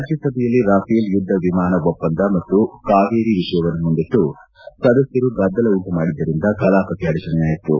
ರಾಜ್ಜಸಭೆಯಲ್ಲಿ Rafale ಯುದ್ದ ವಿಮಾನ ಒಪ್ಪಂದ ಮತ್ತು ಕಾವೇರಿ ವಿಷಯವನ್ನು ಮುಂದಿಟ್ಟು ಸದಸ್ವರು ಗದ್ದಲ ಉಂಟು ಮಾಡಿದ್ದರಿಂದ ಕಲಾಪಕ್ಕೆ ಅಡಚಣೆಯಾಯಿತು